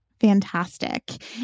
Fantastic